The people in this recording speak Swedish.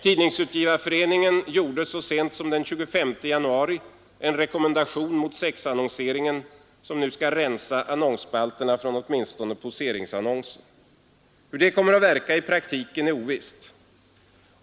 Tidningsutgivareföreningen utfärdade så sent som den 25 januari en rekommendation mot sexannonseringen, som nu skall rensa annonsspalterna från åtminstone poseringsannonser. Hur det kommer att verka i praktiken är ovisst.